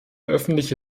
öffentliche